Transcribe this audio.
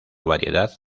variedad